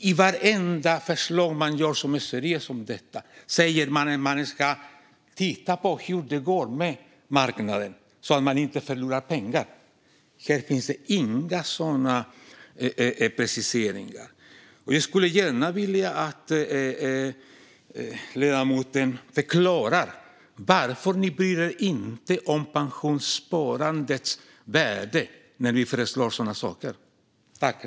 I vartenda seriöst förslag om detta sägs att man ska titta på hur det går på marknaden så att man inte förlorar pengar. Här finns inga sådana preciseringar. Jag skulle gärna vilja att ledamoten förklarar varför ni inte bryr er om pensionssparandets värde när ni föreslår sådana här saker.